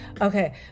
Okay